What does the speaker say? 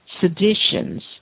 seditions